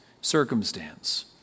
circumstance